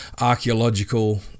archaeological